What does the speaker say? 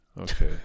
okay